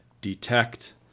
detect